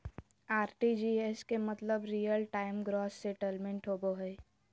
RTGS के मतलब real time gross settlement होबो हय